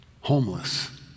homeless